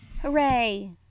Hooray